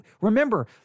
Remember